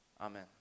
Amen